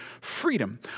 freedom